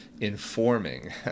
informing